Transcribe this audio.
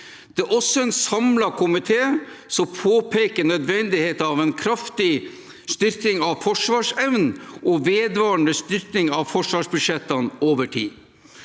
Det er også en samlet komité som påpeker nødvendigheten av en kraftig styrking av forsvarsevnen og vedvarende styrking av forsvarsbudsjettene over tid.